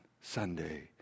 Sunday